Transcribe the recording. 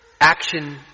action